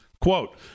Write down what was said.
Quote